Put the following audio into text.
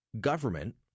government